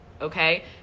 okay